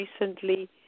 recently